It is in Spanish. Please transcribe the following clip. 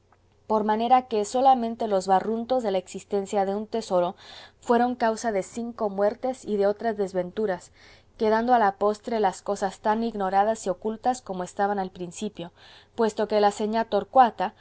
por manera que solamente los barruntos de la existencia de un tesoro fueron causa de cinco muertes y de otras desventuras quedando a la postre las cosas tan ignoradas y ocultas como estaban al principio puesto que la señá torcuata